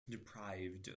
deprived